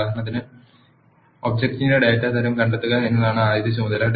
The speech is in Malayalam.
ഉദാഹരണത്തിന് ഒബ്ജക്റ്റിന്റെ ഡാറ്റ തരം കണ്ടെത്തുക എന്നതാണ് ആദ്യത്തെ ചുമതല